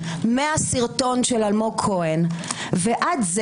מהסרטון של אלמוג כהן ועד זה